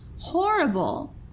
Horrible